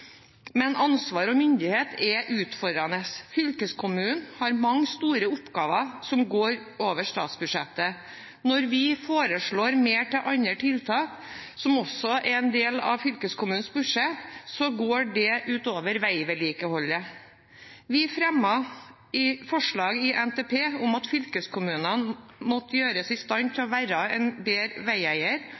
Men ansvar og myndighet er utfordrende. Fylkeskommunen har mange store oppgaver som går over statsbudsjettet. Når vi foreslår mer til andre tiltak som også er en del av fylkeskommunens budsjett, går det ut over veivedlikeholdet. Vi fremmet i forbindelse med NTP forslag om at fylkeskommunene måtte gjøres i stand til å være en bedre veieier,